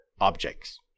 objects